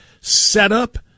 setup